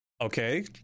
Okay